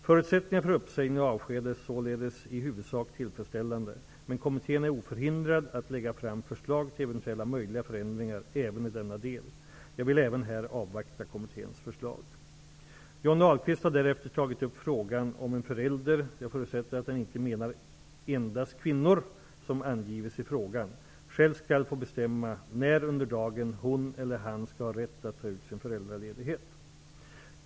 Förutsättningarna för uppsägning och avsked är således i huvudsak tillfredsställande, men kommittén är oförhindrad att lägga fram förslag till eventuella möjliga förändringar även i denna del. Jag vill även här avvakta kommitténs förslag. Johnny Ahlqvist har därefter tagit upp frågan om en förälder -- jag förutsätter att han inte menar endast kvinnor, som angivits i frågan -- själv skall få bestämma när under dagen hon eller han skall ha rätt att ta ut sin föräldraledighet.